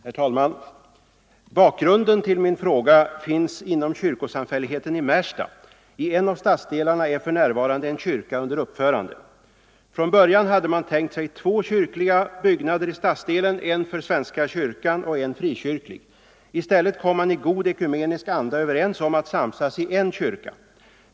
Herr talman! Bakgrunden till min fråga finns inom kyrkosamfälligheten i Märsta. I en av stadsdelarna är för närvarande en kyrka under uppförande. Från början hade man tänkt sig två kyrkliga byggnader i stadsdelen, en för svenska kyrkan och en frikyrklig. I stället kom man i god ekumenisk anda överens om att samsas i en kyrka.